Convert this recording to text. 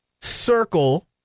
circle